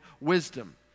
wisdom